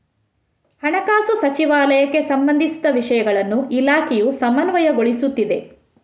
ಹಣಕಾಸು ಸಚಿವಾಲಯಕ್ಕೆ ಸಂಬಂಧಿಸಿದ ವಿಷಯಗಳನ್ನು ಇಲಾಖೆಯು ಸಮನ್ವಯಗೊಳಿಸುತ್ತಿದೆ